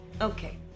Okay